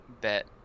Bet